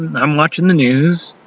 and i'm watching the news,